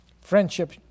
friendship